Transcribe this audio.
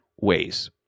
ways